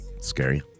Scary